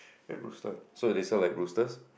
Red Rooster so they sell like roosters